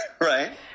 Right